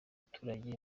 abaturage